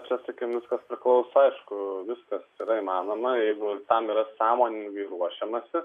čia sakykim viskas priklauso aišku viskas yra įmanoma jeigu tam yra sąmoningai ruošiamasi